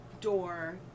door